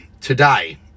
today